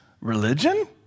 Religion